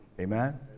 Amen